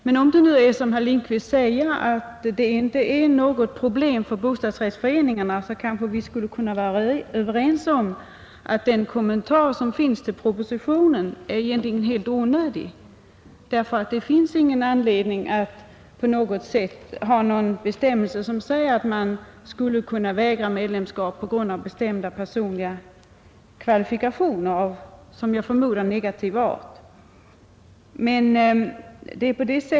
Men om det nu är som herr Lindkvist säger, att det inte är något problem för bostadsrättsföreningarna, kanske vi skulle kunna vara överens om att kommentaren till propositionen egentligen är helt onödig, därför att det saknas anledring att ha med någon bestämmelse som säger att medlemskap i bostadsrättsförening kan vägras på grund av personliga kvalifikationer av — som jag förmodar — negativ art.